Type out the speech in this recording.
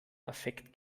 affekt